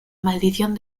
maldición